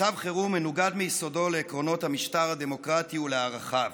מצב חירום מנוגד מיסודו לעקרונות המשטר הדמוקרטי ולערכיו,